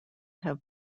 have